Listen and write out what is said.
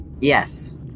Yes